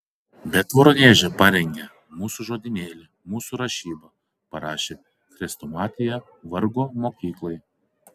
bet voroneže parengė mūsų žodynėlį mūsų rašybą parašė chrestomatiją vargo mokyklai